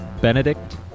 Benedict